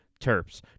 Terps